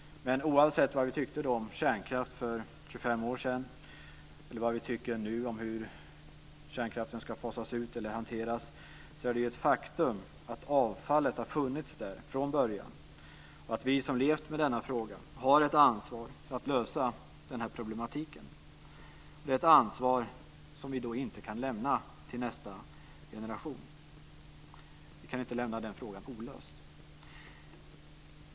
Men oavsett vad vi tyckte om kärnkraft för 25 år sedan eller vad vi tycker nu, om kärnkraften ska fasas ut eller hur den ska hantera, är det ett faktum att avfallet har funnits där från början och att vi som levt med denna fråga har ett ansvar för att lösa problematiken. Det är ett ansvar som vi inte kan lämna till nästa generation. Vi kan inte lämna den frågan olöst.